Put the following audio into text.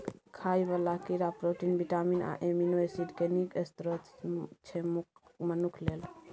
खाइ बला कीड़ा प्रोटीन, बिटामिन आ एमिनो एसिड केँ नीक स्रोत छै मनुख लेल